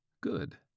Good